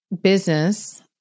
business